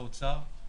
עם משרד האוצר,